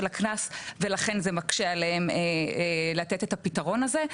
הקנס ולכן זה מקשה עליהם לתת את הפתרון הזה.